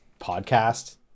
podcast